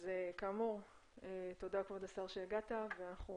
אז כאמור תודה כבוד השר שהגעת, ואנחנו